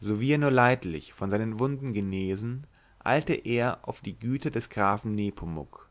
sowie er nur leidlich von seinen wunden genesen eilte er auf die güter des grafen nepomuk